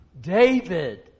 David